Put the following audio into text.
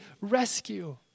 rescue